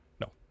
No